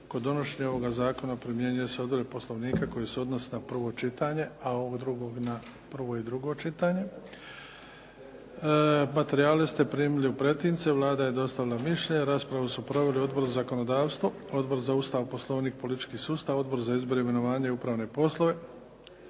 Kod donošenja ovoga zakona primjenjuju se odredbe Poslovnika koje se odnose na prvo čitanje, a ovo drugo na prvo i drugo čitanje. Materijale ste primili u pretince. Vlada je dostavila mišljenje. Raspravu su proveli Odbor za zakonodavstvo, Odbor za Ustav, Poslovnik i politički sustav, Odbor za izbor, imenovanje i upravne poslove.